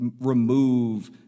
remove